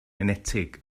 enetig